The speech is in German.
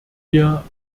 wir